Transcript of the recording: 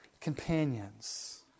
companions